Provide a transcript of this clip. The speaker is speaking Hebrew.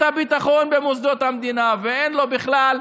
הביטחון במוסדות המדינה ואין לו בכלל,